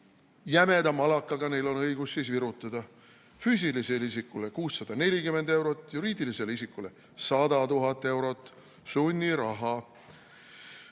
jämeda malakaga neil on õigus siis virutada: füüsilisele isikule 640 eurot, juriidilisele isikule 100 000 eurot sunniraha.